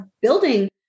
building